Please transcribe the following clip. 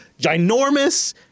ginormous